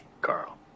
Carl